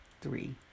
three